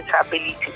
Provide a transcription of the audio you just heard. ability